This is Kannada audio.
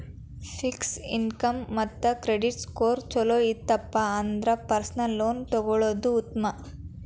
ಫಿಕ್ಸ್ ಇನ್ಕಮ್ ಮತ್ತ ಕ್ರೆಡಿಟ್ ಸ್ಕೋರ್ಸ್ ಚೊಲೋ ಇತ್ತಪ ಅಂದ್ರ ಪರ್ಸನಲ್ ಲೋನ್ ತೊಗೊಳ್ಳೋದ್ ಉತ್ಮ